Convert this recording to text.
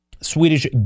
Swedish